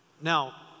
Now